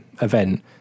event